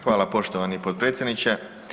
Hvala poštovani potpredsjedniče.